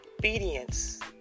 obedience